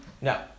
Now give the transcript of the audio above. No